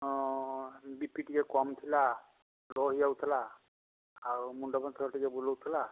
ହଁ B P ଟିକେ କମ୍ ଥିଲା ଲୋ ହୋଇଯାଉଥିଲା ଆଉ ମୁଣ୍ଡପତର ଟିକେ ବୁଲଉଥିଲା